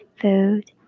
food